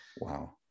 Wow